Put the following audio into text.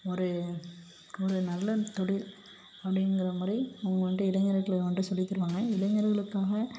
ஒரு ஒரு நல்ல தொழில் அப்படிங்கறாமாரி அவங்க வந்துட்டு இளைஞர்களுக்கு வந்துட்டு சொல்லித்தருவாங்க இளைஞர்களுக்காக